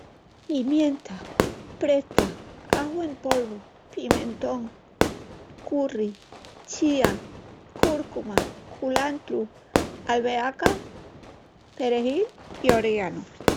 Pimienta, presta, aju en polvu, pimientón, curri, chía, cúrcuma, culantru, albehaca, perejil, oriéganu.